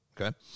okay